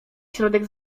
środek